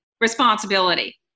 responsibility